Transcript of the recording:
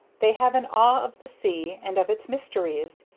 they have an awe of the sea and of its mysteries,